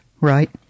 right